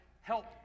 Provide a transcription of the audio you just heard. help